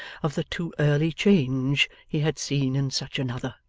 of the too early change he had seen in such another